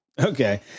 Okay